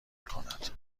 میکند